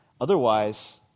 Otherwise